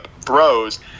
throws